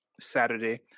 Saturday